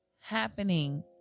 happening